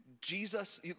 Jesus